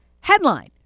Headline